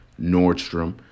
Nordstrom